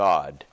God